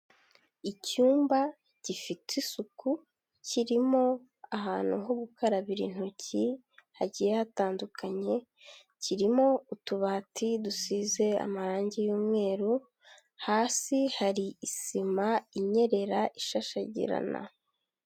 Icyumba gifite isuku, kirimo ahantu ho gukarabira intoki hagiye hatandukanye. Kirimo utubati dusize amarangi y'umweru, hasi hari isima inyerera ishashagirana.